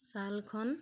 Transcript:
ছালখন